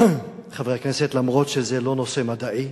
חברי הכנסת, למרות שזה לא נושא מדעי,